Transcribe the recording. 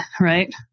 Right